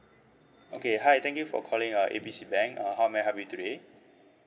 okay hi thank you for calling uh A B C bank uh how may I help you today